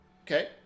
Okay